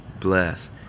bless